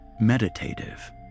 meditative